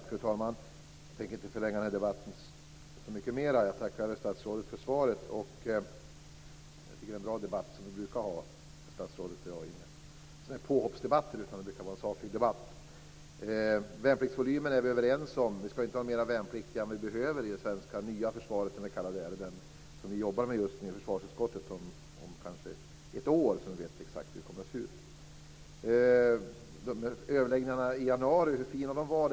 Fru talman! Jag tänker inte förlänga debatten så mycket mer. Jag tackar statsrådet för svaret. Det är bra debatter som statsrådet och jag brukar ha. Det är inga påhoppsdebatter, utan sakliga debatter. Värnpliktsvolymen är vi överens om. Vi skall inte ha fler värnpliktiga än vi behöver i det nya svenska försvaret. Det jobbar vi med just nu i försvarsutskottet, och om ett år kanske vi vet exakt hur det ser ut. Hur fina överläggningarna i januari var vet inte jag.